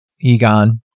Egon